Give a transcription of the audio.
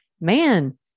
man